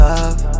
Love